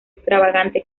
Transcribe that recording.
extravagante